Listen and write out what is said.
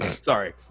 Sorry